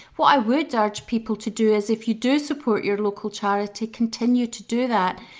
what i would urge people to do is if you do support your local charity continue to do that,